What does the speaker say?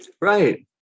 Right